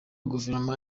guverinoma